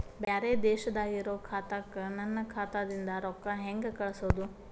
ಬ್ಯಾರೆ ದೇಶದಾಗ ಇರೋ ಖಾತಾಕ್ಕ ನನ್ನ ಖಾತಾದಿಂದ ರೊಕ್ಕ ಹೆಂಗ್ ಕಳಸೋದು?